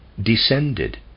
descended